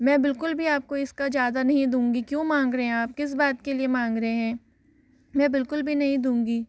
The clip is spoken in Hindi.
मैं बिल्कुल भी आपको इसका ज़्यादा नहीं दूंगी क्यों माँग रहे हैं आप किस बात के लिए माँग रहे हैं मैं बिल्कुल भी नहीं दूंगी